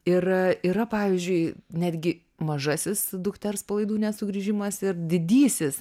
ir yra pavyzdžiui netgi mažasis dukters palaidūnės sugrįžimas ir didysis